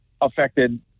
affected